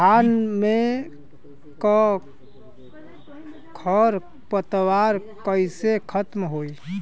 धान में क खर पतवार कईसे खत्म होई?